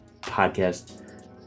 podcast